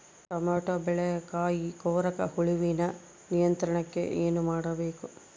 Tomato ಬೆಳೆಯ ಕಾಯಿ ಕೊರಕ ಹುಳುವಿನ ನಿಯಂತ್ರಣಕ್ಕೆ ಏನು ಮಾಡಬೇಕು?